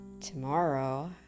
tomorrow